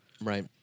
right